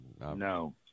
No